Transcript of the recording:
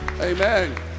Amen